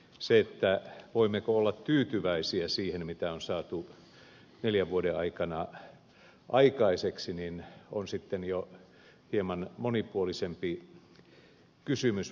se voimmeko olla tyytyväisiä siihen mitä on saatu neljän vuoden aikana aikaiseksi on sitten jo hieman monipuolisempi kysymys vastattavaksi